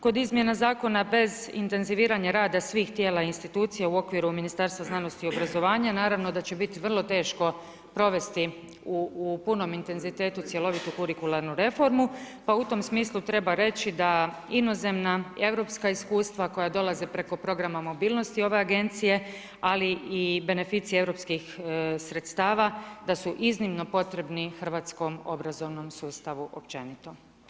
Kod izmjena zakona bez intenziviranja rada svih tijela institucija u okviru Ministarstva znanosti i obrazovanja naravno da će biti vrlo teško provesti u punom intenzitetu cjelovitu kurikularnu reformu, pa u tom smislu treba reći da inozemna europska iskustva koja dolaze preko programa mobilnosti ove agencije ali i beneficije europskih sredstava da su iznimno potrebni hrvatskom obrazovnom sustavu općenito.